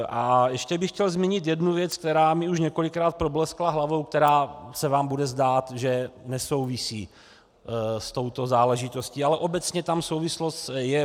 A ještě bych chtěl zmínit jednu věc, která mi už několikrát probleskla hlavou, která se vám bude zdát, že nesouvisí s touto záležitostí, ale obecně tam souvislost je.